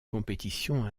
compétition